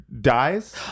dies